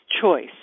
choice